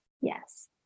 Yes